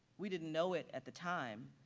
we didn't know it at the time,